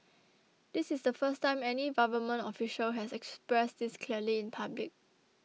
this is the first time any government official has expressed this clearly in public